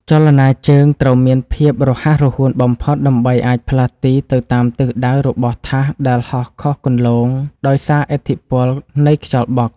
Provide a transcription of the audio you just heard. ចលនាជើងត្រូវមានភាពរហ័សរហួនបំផុតដើម្បីអាចផ្លាស់ទីទៅតាមទិសដៅរបស់ថាសដែលហោះខុសគន្លងដោយសារឥទ្ធិពលនៃខ្យល់បក់។